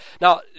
Now